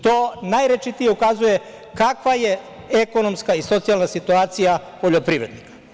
To najrečitije ukazuje kakva je ekonomska i socijalna situacija poljoprivrednika.